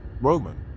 Roman